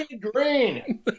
green